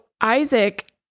Isaac